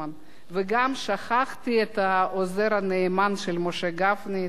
שכחתי את העוזר הנאמן של משה גפני, שמוליק.